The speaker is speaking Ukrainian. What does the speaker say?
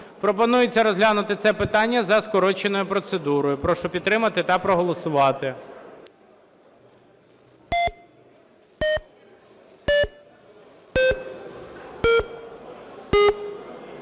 Пропонується розглянути це питання за скороченою процедурою. Прошу підтримати та проголосувати.